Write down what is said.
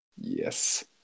Yes